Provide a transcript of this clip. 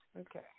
Okay